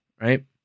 right